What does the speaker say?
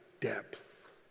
depth